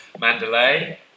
Mandalay